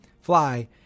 fly